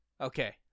Okay